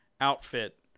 outfit